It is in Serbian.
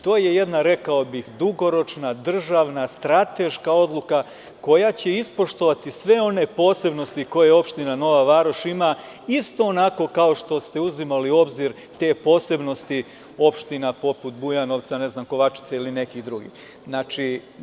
To je jedna, rekao bih dugoročna državna strateška odluka, koja će ispoštovati sve one posebnosti koje opština Nova Varoš ima isto onako kao što ste uzimali u obzir te posebnosti opština poput Bujanovca, ne znam Kovačice ili nekih drugih.